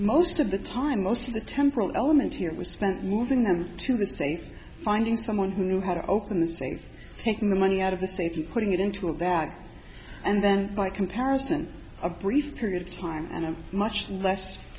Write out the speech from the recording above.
most of the time most of the temporal element here was spent moving them to the safe finding someone who knew how to open the safe taking the money out of the safety putting it into a bag and then by comparison a brief period of time and a much less